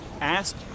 asked